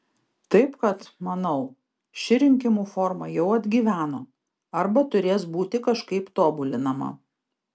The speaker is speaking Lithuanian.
taip kad manau ši rinkimų forma jau atgyveno arba turės būti kažkaip tobulinama